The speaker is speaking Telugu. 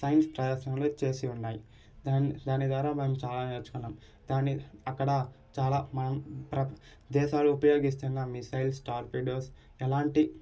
సైన్స్ ప్రదర్శనలు చేసి ఉన్నాయి దా దాని ద్వారా మేము చాలా నేర్చుకున్నాం దాని అక్కడ చాలా మనం ప్ర దేశాలు ఉపయోగిస్తున్న మిస్సైల్స్ టార్పీడోస్ ఎలాంటి